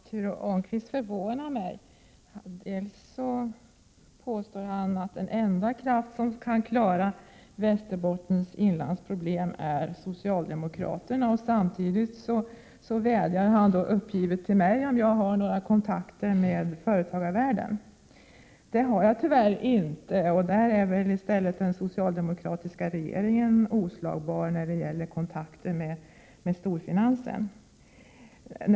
Herr talman! Ture Ångqvist förvånar mig. Han påstår att den enda kraft som kan klara problemen för Västerbottens inland är socialdemokraterna. Samtidigt vädjar han uppgivet till mig, om jag har några kontakter med företagarvärlden. Det har jag tyvärr inte. Det är väl den socialdemokratiska regeringen som är oslagbar i fråga om kontakter med storfinansen.